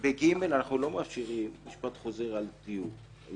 ב-(ג) אנחנו לא מאפשרים משפט חוזר על תיוג.